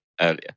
earlier